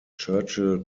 churchill